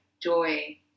joy